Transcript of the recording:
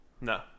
No